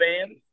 bands